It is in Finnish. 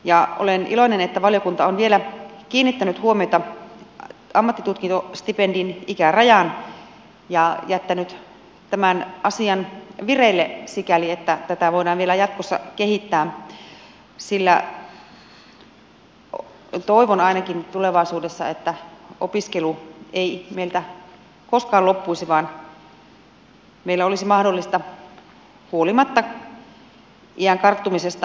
ja olen iloinen että valiokunta on vielä kiinnittänyt huomiota ammattitutkintostipendin ikärajaan ja jättänyt tämän asian vireille sikäli että tätä voidaan vielä jatkossa kehittää sillä toivon ainakin tulevaisuudelta että opiskelu ei meiltä koskaan loppuisi vaan meillä olisi mahdollista huolimatta iän karttumisesta osallistua opintomaailmaan